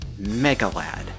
Megalad